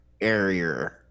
area